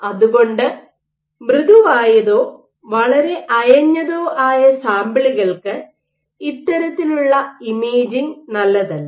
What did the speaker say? അതുകൊണ്ട് മൃദുവായതോ വളരെ അയഞ്ഞതോ ആയ സാമ്പിളുകൾക്ക് ഇത്തരത്തിലുള്ള ഇമേജിംഗ് നല്ലതല്ല